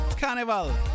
carnival